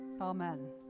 Amen